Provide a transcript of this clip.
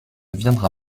viendra